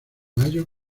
mayo